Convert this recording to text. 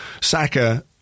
Saka